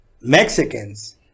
mexicans